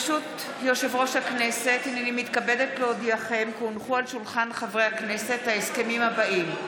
חברות וחברי הכנסת, אנחנו עוברים להצעת החוק הבאה,